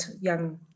young